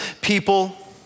people